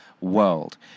world